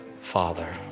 Father